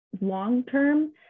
long-term